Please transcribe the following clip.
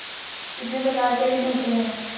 कितने प्रकार के ऋण होते हैं?